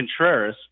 Contreras